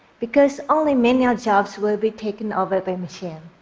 because only menial jobs will be taken over by machines.